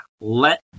let